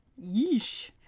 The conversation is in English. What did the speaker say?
Yeesh